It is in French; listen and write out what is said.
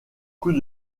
coups